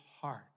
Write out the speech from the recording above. heart